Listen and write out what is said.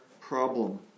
problem